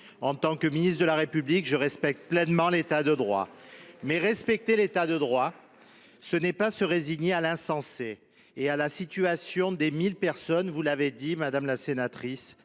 En tant que ministre de la République, je respecte pleinement l’État de droit. Mais respecter l’État de droit, ce n’est pas se résigner à l’insensé et à la situation des 1 000 personnes qui, comme vous l’avez dit, madame la sénatrice,